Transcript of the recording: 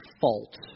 fault